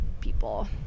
people